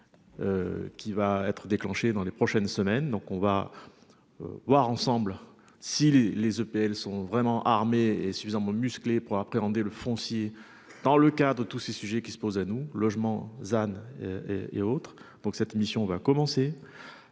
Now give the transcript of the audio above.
Qui va être déclenchée dans les prochaines semaines. Donc on va. Voir ensemble, si les les EPL sont vraiment armée et suffisamment musclé pour appréhender le foncier dans le cadre, tous ces sujets qui se posent à nous logement than. Et autres, donc cette mission va commencer.